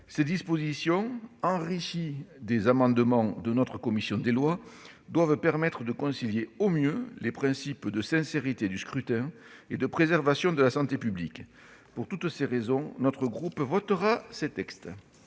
Ces dispositions, enrichies des amendements de notre commission des lois, doivent permettre de concilier au mieux les principes de sincérité du scrutin et de préservation de la santé publique. Pour toutes ces raisons, le groupe Les